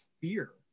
fear